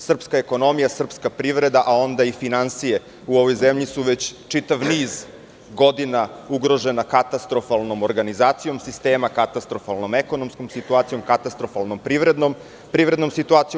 Srpska ekonomija, srpska privreda, a onda i finansije u ovoj zemlji su već čitav niz godina ugrožena katastrofalnom organizacijom sistema, katastrofalnom ekonomskom situacijom, katastrofalnom privrednom situacijom.